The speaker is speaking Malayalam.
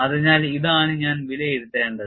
അതിനാൽ ഇതാണ് ഞാൻ വിലയിരുത്തേണ്ടത്